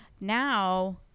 Now